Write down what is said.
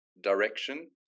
direction